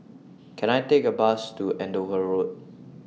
Can I Take A Bus to Andover Road